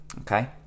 okay